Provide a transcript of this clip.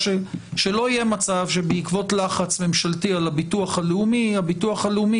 שלא יהיה מצב שבעקבות לחץ ממשלתי על הביטוח הלאומי הביטוח הלאומי